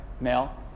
male